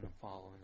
following